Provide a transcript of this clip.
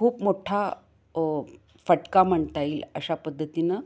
खूप मोठा फटका म्हणता येईल अशा पद्धतीनं